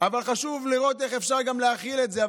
אבל חשוב לראות איך אפשר גם להחיל את זה.